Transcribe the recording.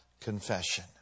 confession